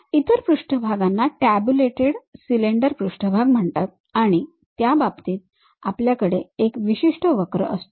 इतर पृष्ठभागांना tabulated cylinder पृष्ठभाग म्हणतात आणि त्या बाबतीत आपल्याकडे एक विशिष्ट वक्र असतो